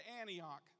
Antioch